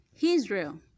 Israel